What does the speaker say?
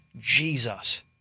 Jesus